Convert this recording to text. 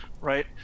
right